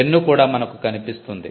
pen కూడా మనకు కనిపిస్తుంది